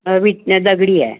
विट दगडी आहे